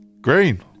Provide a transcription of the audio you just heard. Green